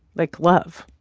like love,